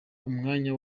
umwanya